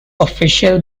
official